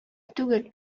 түгел